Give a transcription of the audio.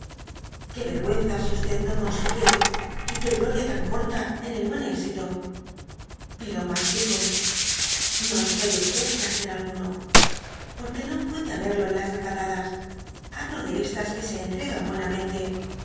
que vergüenza si no consigue y que gloria tan corta en el buen éxito pero mas digo no espere usted placer alguno porque no puede haberlo con las recatadas hablo de estas d by'google que se entran